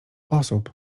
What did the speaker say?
osób